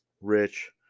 rich